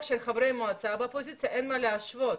של חברי מועצה באופוזיציה אין מה להשוות.